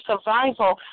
survival